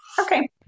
Okay